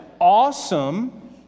awesome